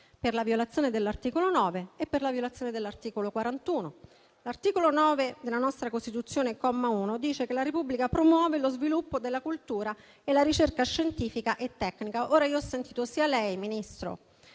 per la violazione dell'articolo 9 e per la violazione dell'articolo 41 della Costituzione. L'articolo 9 della nostra Costituzione, comma 1, dice che «La Repubblica promuove lo sviluppo della cultura e la ricerca scientifica e tecnica». Ho sentito sia lei, Ministro,